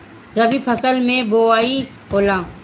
रबी फसल मे बोआई होला?